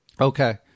Okay